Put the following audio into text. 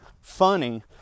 funny